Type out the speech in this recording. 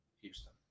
Houston